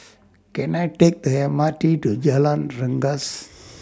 Can I Take The M R T to Jalan Rengas